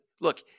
Look